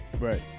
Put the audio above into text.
Right